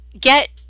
get